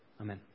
amen